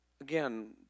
again